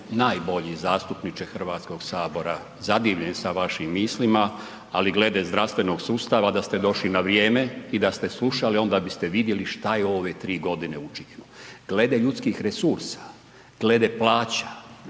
najbolji zastupniče Hrvatskog sabora, zadivljen sam vašim mislima, ali glede zdravstvenog sustava da ste došli na vrijeme i da ste slušali onda biste vidjeli šta je u ove tri godine učinjeno glede ljudskih resursa, glede plaća,